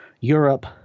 Europe